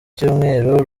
cyumweru